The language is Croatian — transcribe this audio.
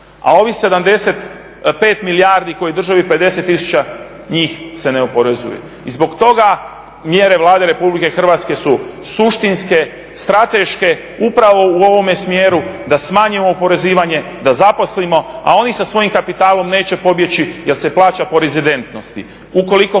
A ovih 75 milijardi koji drže ovih 50 tisuća njih se ne oporezuje. I zbog toga mjere Vlade Republike Hrvatske su suštinske, strateške, upravo u ovome smjeru da smanjimo oporezivanje, da zaposlimo, a oni sa svojim kapitalom neće pobjeći jer se plaća po rezidentnosti.